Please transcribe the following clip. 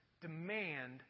demand